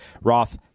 Roth